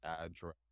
address